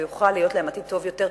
ויוכל להיות להם עתיד טוב יותר,